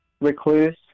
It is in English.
Recluse